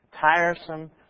Tiresome